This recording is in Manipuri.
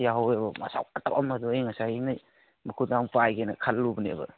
ꯌꯥꯎꯍꯧꯌꯦꯕ ꯃꯁꯛ ꯐꯖꯕ ꯑꯃꯗꯨ ꯑꯩ ꯉꯥꯁꯥꯏ ꯑꯩꯅ ꯃꯈꯨꯗꯥꯡ ꯄꯥꯏꯒꯦꯅ ꯈꯜꯂꯨꯕꯅꯦꯕ